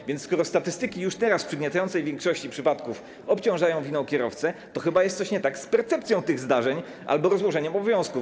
A więc skoro statystyki już teraz w przygniatającej większości przypadków obciążają winą kierowcę, to chyba jest coś nie tak z percepcją tych zdarzeń albo rozłożeniem obowiązków.